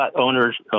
owners